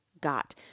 got